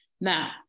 Now